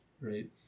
Right